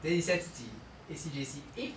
then 你现在自己 A_C_J_C eh